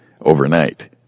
overnight